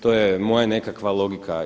To je moja nekakva logika.